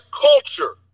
culture